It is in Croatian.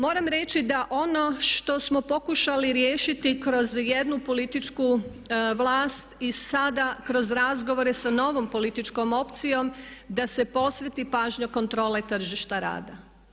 Moram reći da ono što smo pokušali riješiti kroz jednu političku vlast i sada kroz razgovore sa novom političkom opcijom da se posveti pažnja kontrole tržišta rada.